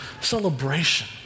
celebration